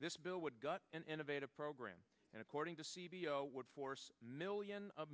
this bill would gut an innovative program and according to c b s would force million of